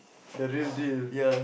the real deal